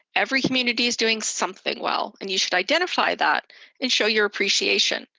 every community is doing something well. and you should identify that and show your appreciation.